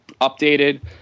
updated